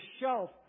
shelf